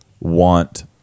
want